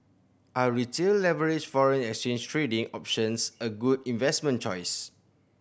are retail leveraged foreign exchange trading options a good investment choice